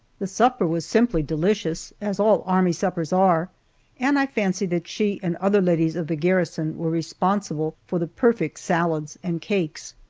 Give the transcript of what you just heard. the supper was simply delicious as all army suppers are and i fancy that she and other ladies of the garrison were responsible for the perfect salads and cakes.